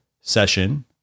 session